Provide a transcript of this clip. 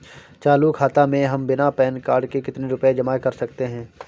चालू खाता में हम बिना पैन कार्ड के कितनी रूपए जमा कर सकते हैं?